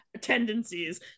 tendencies